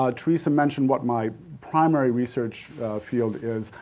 ah teresa mentioned what my primary research field is.